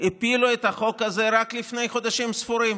הפילו את החוק הזה רק לפני חודשים ספורים